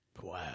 Wow